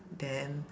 then